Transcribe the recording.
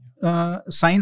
Science